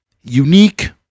unique